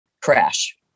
crash